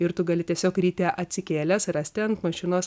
ir tu gali tiesiog ryte atsikėlęs rasti ant mašinos